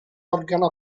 organo